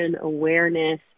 awareness